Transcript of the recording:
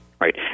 right